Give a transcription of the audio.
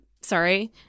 Sorry